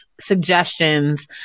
suggestions